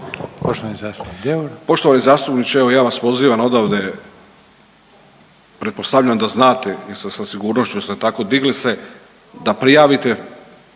Poštovani zastupniče evo ja vas pozivam odavde. Pretpostavljam da znate jer sa sigurnošću ste tako digli se da prijavite